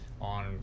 on